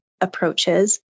approaches